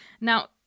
Now